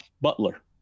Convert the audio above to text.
Butler